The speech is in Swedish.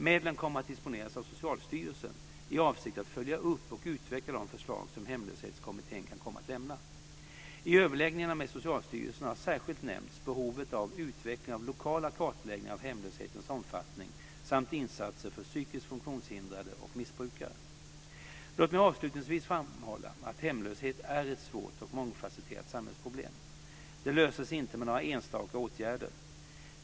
Medlen kommer att disponeras av Socialstyrelsen i avsikt att följa upp och utveckla de förslag som Hemlöshetskommittén kan komma att lämna. I överläggningarna med Socialstyrelsen har särskilt nämnts behovet av utveckling av lokala kartläggningar av hemlöshetens omfattning samt insatser för psykiskt funktionshindrade och missbrukare. Låt mig avslutningsvis framhålla att hemlöshet är ett svårt och mångfasetterat samhällsproblem. Det löses inte med några enstaka åtgärder.